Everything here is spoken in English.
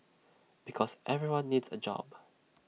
because everyone needs A job